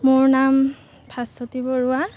মোৰ নাম ভাস্বতী বৰুৱা